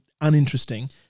uninteresting